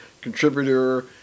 contributor